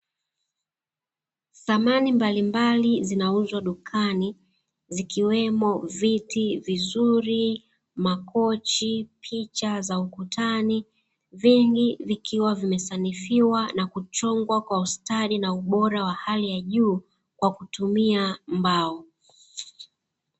Samani mbalimbali zinauzwa dukani zikiwemo viti vizuri makochi, picha za ukutani, vingi vikiwa vimesanifiwa na kuchongwa kwa ustadi na ubora wa hali ya juu kwa kutumia mbao.